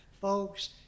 Folks